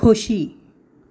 खोशी